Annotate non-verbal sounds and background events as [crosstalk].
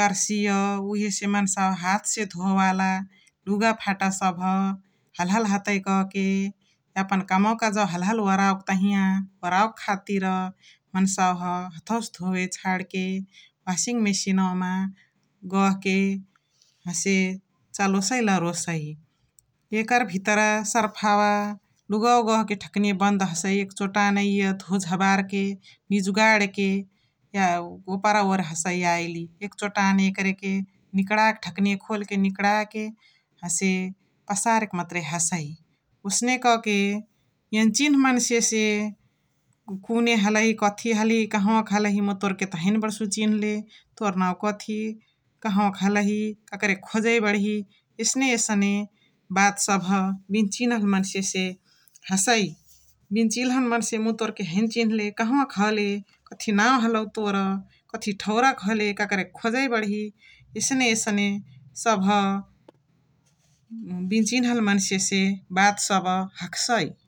कर्सिय उहेसे मन्सावा हाथ्से धोवे वाला लुगाफाटा सभ हल्हली हतइ कह्के यापन कम्वा कजवा हल्हली ओराउके तहिया ओराउके खातिर मन्सावा हाथ्से धोवे छड्के वासिङ मसिनवा मा गह्के हसे चलोइररोसइ । एकर भितरा सर्फावा लुगवा गह्के ढकनिया बन्दहसइ एक्चोटने इय धोझबर्के निजुगर्ण के [noise] ओपरा ओरि हसइ याइली । एक्चोटने एकरके निकणाके ढकनिया खोल्के निकणाके हसे पसारेक मत्रे हसइ । ओसने कके यन्चिन मन्से से कुने हलइ, कथी हलिय, कहवाक हलही मुई तोर्के त हैने बडसु चिन्ले, तोर नाउ कथि, कहवाक हलहि, ककरेक खोजइ बणही एसने एसने बात सभ बिन्चिन्हल मन्से से हसइ । बिन्चिन्हल मन्से मुई तोर्के हैने चिन्ले, कहवाक हले, कथी नाउ हलउ तोर्, कथी ठउरा क हले, ककरेक खोजइ बणही एसने एसने सभ बिन्चिन्हल मन्से से बात सभ हख्सइ ।